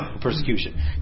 persecution